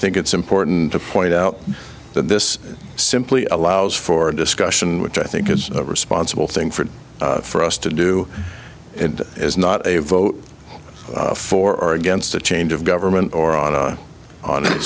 think it's important to point out that this simply allows for a discussion which i think is a responsible thing for for us to do and is not a vote for or against a change of government or on a